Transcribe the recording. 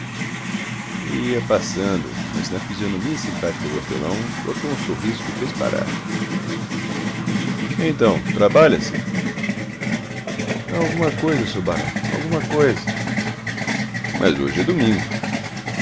e ia passando mas na fisionomia simpática do hortelão brotou um sorriso que o fez parar então trabalha-se alguma coisa s'or barão alguma coisa mas hoje é domingo